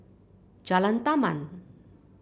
Jalan Taman